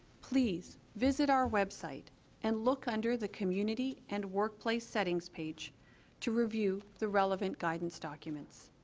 please visit our website and look under the community and workplace settings page to review the relevant guidance documents